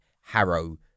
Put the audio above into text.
Harrow